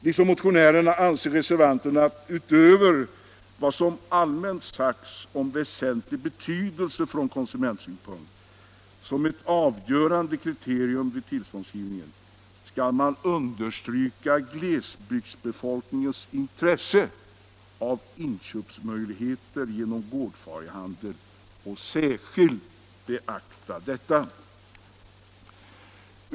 Liksom motionärerna anser reservanterna att utöver vad som allmänt sagts om väsentlig betydelse från konsumentsynpunkt som ett avgörande kriterium vid tillståndsgivningen skall särskilt beaktas glesbygdsbefolkningens intresse av inköpsmöjligheter genom gårdfarihandel.